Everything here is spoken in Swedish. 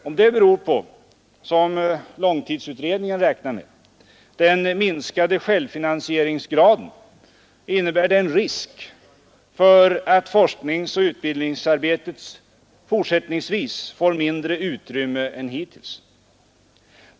Om detta beror på, som långtidsutredningen räknar med, den minskade självfinansieringsgraden, innebär det en risk för att forskningsoch utvecklingsarbetet fortsättningsvis får mindre utrymme än hittills.